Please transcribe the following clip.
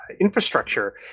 infrastructure